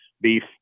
beef